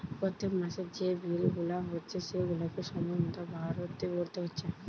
পোত্তেক মাসের যে বিল গুলা হচ্ছে সেগুলাকে সময় মতো ভোরতে হচ্ছে